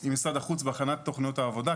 עם משרד החוץ בהכנת תוכניות העבודה,